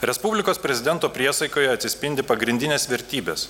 respublikos prezidento priesaikoje atsispindi pagrindinės vertybės